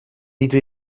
ditu